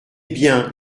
bien